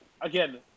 again